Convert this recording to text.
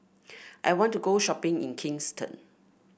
I want to go shopping in Kingston